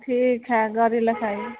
ठीक है गाड़ी लऽ के अइऔ